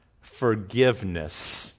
forgiveness